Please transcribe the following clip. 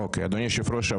אדוני היושב ראש,